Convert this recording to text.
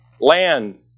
land